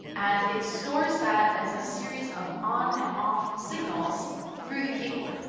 and it stores that as a series of on and off signals through the keyboard.